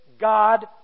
God